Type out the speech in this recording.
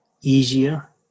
easier